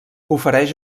ofereix